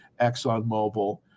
ExxonMobil